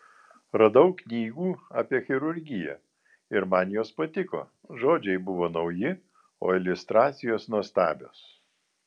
radau knygų apie chirurgiją ir man jos patiko žodžiai buvo nauji o iliustracijos nuostabios